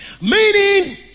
Meaning